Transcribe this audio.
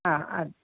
ആ ആ